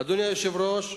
אדוני היושב-ראש,